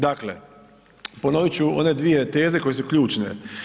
Dakle, ponoviti ću one dvije teze koje su ključne.